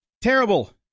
terrible